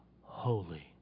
Holy